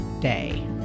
day